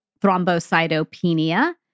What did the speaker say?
thrombocytopenia